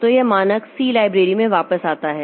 तो यह मानक सी लाइब्रेरी में वापस आता है